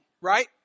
Right